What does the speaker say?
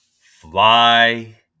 Fly